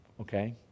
okay